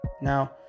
Now